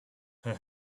her